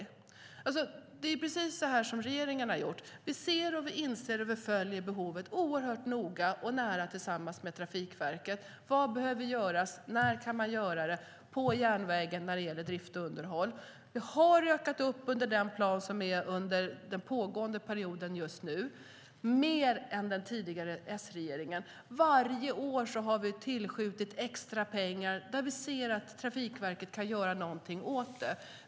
Det är precis så regeringen har gjort. Vi ser och följer behovet oerhört noga, nära tillsammans med Trafikverket. Vad behöver göras? När kan man göra det? Det handlar om järnvägen, drift och underhåll. Det har - under den plan som gäller under den pågående perioden - ökat mer än under den tidigare S-regeringen. Varje år har vi tillskjutit extra pengar där vi ser att Trafikverket kan göra något åt det.